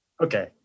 Okay